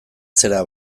zera